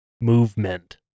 movement